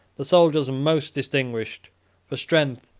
the soldiers most distinguished for strength,